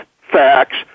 facts